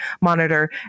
monitor